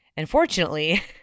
Unfortunately